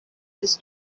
his